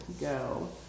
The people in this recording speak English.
go